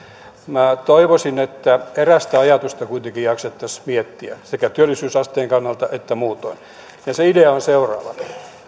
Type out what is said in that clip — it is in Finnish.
minä toivoisin että erästä ajastusta kuitenkin jaksettaisiin miettiä sekä työllisyysasteen kannalta että muutoin ja se idea on seuraava